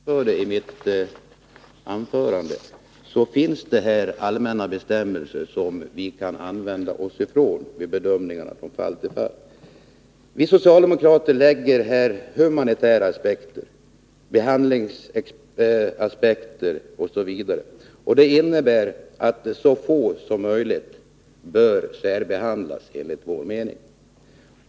Herr talman! Som jag anförde finns det här allmänna bestämmelser som vi kan använda vid bedömningarna från fall till fall. Vi socialdemokrater anlägger här humanitära aspekter, behandlingsaspekter osv. Det innebär enligt vår mening att så få som möjligt bör särbehandlas.